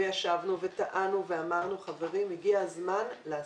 וישבנו וטענו ואמרנו: חברים, הגיע הזמן לעשות.